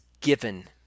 given